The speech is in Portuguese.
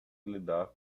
lidar